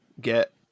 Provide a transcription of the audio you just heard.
get